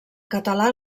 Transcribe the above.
català